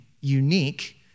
unique